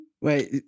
Wait